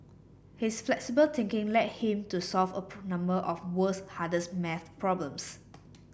his flexible thinking led him to solve a number of the world's hardest maths problems